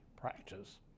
Practice